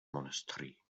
monastery